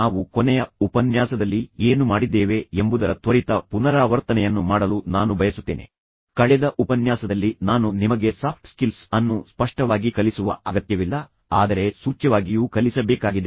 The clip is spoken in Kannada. ಯಾವುದೇ ಸಂಘರ್ಷಗಳಿಲ್ಲದಿದ್ದರೆ ನಾನು ಶಾಂತಿಯುತನಾಗಿರುತ್ತೇನೆ ಎಂದು ಯೋಚಿಸುವ ಬದಲು ನೀವು ಈ ಸಂಘರ್ಷವನ್ನು ಪರಿಹರಿಸುವ ಸಾಮರ್ಥ್ಯವನ್ನು ನೀವು ಹೊಂದಿರಬೇಕು ಎಂದು ಯೋಚಿಸಬೇಕು ಆಗ ಮಾತ್ರ ನೀವು ಶಾಂತಿಯುತವಾಗಿರುತ್ತೀರಿ